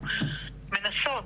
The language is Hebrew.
אנחנו מנסות,